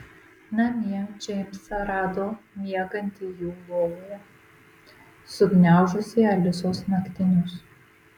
namie džeimsą rado miegantį jų lovoje sugniaužusį alisos naktinius